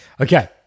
Okay